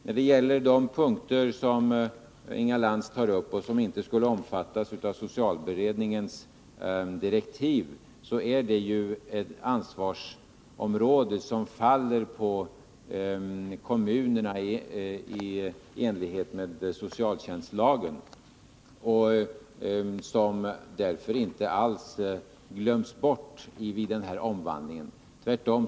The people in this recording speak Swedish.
När det gäller de saker som Inga Lantz tar upp och som inte skulle omfattas av socialberedningens direktiv vill jag framhålla att det är ett ansvar som faller på kommunerna i enlighet med socialtjänstlagen och som således inte alls glöms bort i samband med den pågående omläggningen av den psykiatriska vården.